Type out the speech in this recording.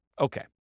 Okay